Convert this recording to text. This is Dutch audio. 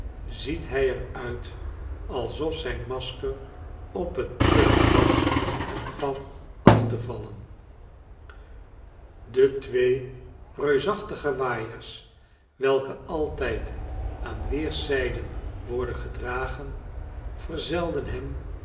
ziet hij er uitalsof zijn masker op het punt was van af te vallen de twee reusachtige waaiers welke altijd aan weerszijden worden gedragen verzelden hem